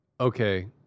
Okay